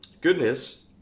Goodness